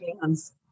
hands